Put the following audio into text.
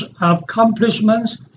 accomplishments